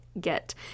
get